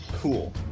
Cool